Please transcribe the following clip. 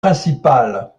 principales